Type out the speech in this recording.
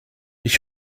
ich